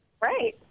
Right